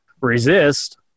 resist